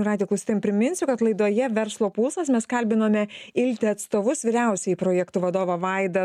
radijo klausytojam priminsiu kad laidoje verslo pulsas mes kalbinome iltė atstovus vyriausiąjį projektų vadovą vaidą